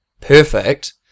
perfect